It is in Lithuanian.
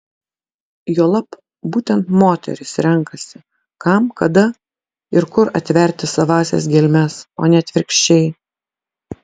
juolab būtent moteris renkasi kam kada ir kur atverti savąsias gelmes o ne atvirkščiai